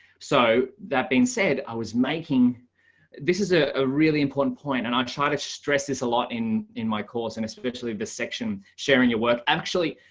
so that being said, i was making this is ah a really important point. and i try to stress this a lot in in my course and especially the section sharing your work actually,